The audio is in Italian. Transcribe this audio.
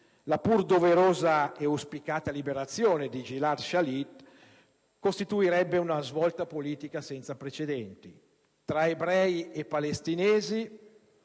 la pur doverosa e auspicata liberazione di Gilad Shalit costituirebbe una svolta politica senza precedenti. Tra ebrei e palestinesi